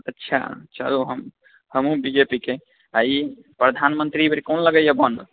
अच्छा चलु हम हमहुँ बीजेपीके आओर ई प्रधानमन्त्री ई बेर कोन लगैए बनत